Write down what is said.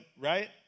right